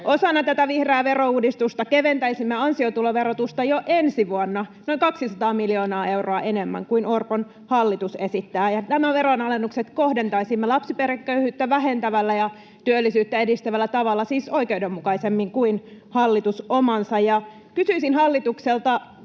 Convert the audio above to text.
Osana tätä vihreää verouudistusta keventäisimme ansiotuloverotusta jo ensi vuonna noin 200 miljoonaa euroa enemmän kuin Orpon hallitus esittää, ja nämä veronalennukset kohdentaisimme lapsiperheköyhyyttä vähentävällä ja työllisyyttä edistävällä tavalla, siis oikeudenmukaisemmin kuin hallitus omansa. Kysyisin hallitukselta: